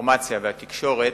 האינפורמציה והתקשורת,